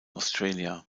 australia